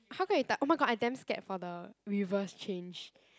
how come you touch oh my god I damn scared for the reverse change